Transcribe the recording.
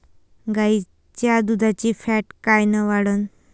गाईच्या दुधाची फॅट कायन वाढन?